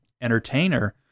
entertainer